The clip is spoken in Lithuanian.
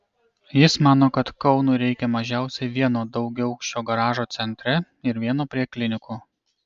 jis mano kad kaunui reikia mažiausiai vieno daugiaaukščio garažo centre ir vieno prie klinikų